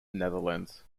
netherlands